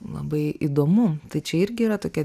labai įdomu tai čia irgi yra tokia